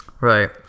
Right